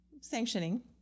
sanctioning